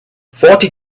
forty